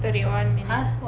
thirty one minutes